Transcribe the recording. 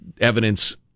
evidence